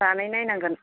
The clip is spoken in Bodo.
बानायना नायनांगोन